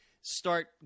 start